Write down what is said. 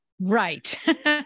right